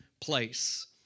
place